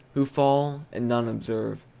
who fall, and none observe,